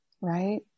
right